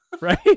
right